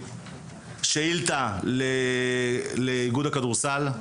שאילתא לאיגוד הכדורסל,